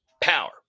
Power